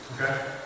Okay